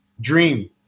dream